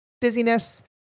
dizziness